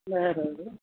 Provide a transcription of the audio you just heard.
बराेबर